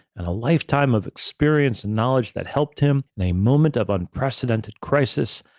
and a lifetime of experience and knowledge that helped him in a moment of unprecedented crisis,